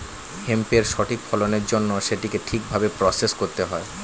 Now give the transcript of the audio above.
হেম্পের সঠিক ফলনের জন্য সেটিকে ঠিক ভাবে প্রসেস করতে হবে